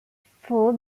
for